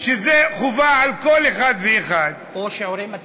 שזה חובה על כל אחד ואחד, או שיעורי מתמטיקה.